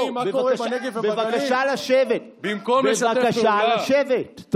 בבקשה לשבת, בבקשה לשבת.